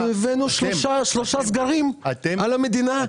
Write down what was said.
אנחנו הבאנו שלושה סגרים על המדינה?